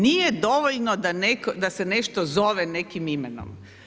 Nije dovoljno da se nešto zove nekim imenom.